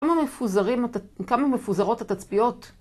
כמה מפוזרים... כמה מפוזרות התצפיות?